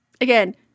Again